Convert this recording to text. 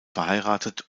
verheiratet